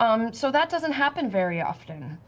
um so that doesn't happen very often.